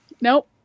nope